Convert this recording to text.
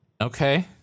Okay